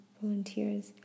volunteers